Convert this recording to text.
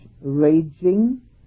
raging